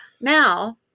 Now